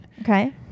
Okay